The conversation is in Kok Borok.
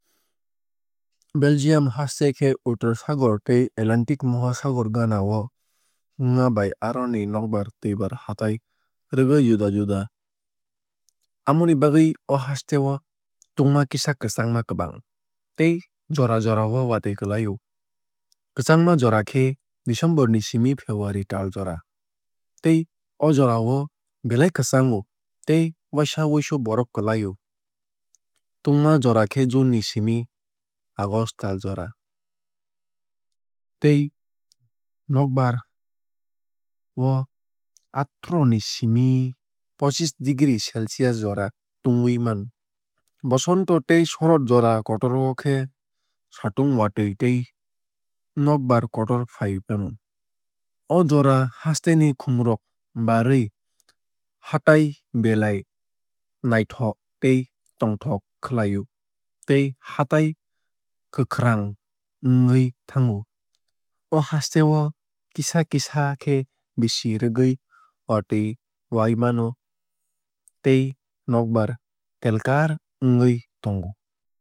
Belgium haste khe uttor sagor tei atlantic mohasagor ganao wngma bai aroni nokbar twuibar hatai rwgui juda juda. Amoni bagwui o hasteo tungma kisa kwchangma kwbang tei jora jorao watui klai o. Kwchangma jora khe december ni simi february tal jora tei o jorao belai kwchango tei waisa weisu borof klai o. Tungma jora khe june ni simi august tal jora tei nokbar o atharoh ni simi pochish degree celcius jora tungui mano. Bosonto tei shorod jora kotor o khe satung watui tei nokbar kotor fai mano. O jorao hasteni khumrok barui hatai belai naithok tei tongthok khlai o tei hatai kwkhrang wngui thango. O haste o kisa kisa khe bisi rwgui watui wai mano tei nokbar telkar wngui tongo.